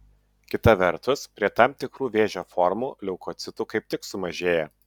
kita vertus prie tam tikrų vėžio formų leukocitų kaip tik sumažėja